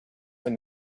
when